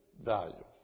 value